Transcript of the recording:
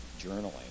journaling